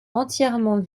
entièrement